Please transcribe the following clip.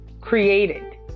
created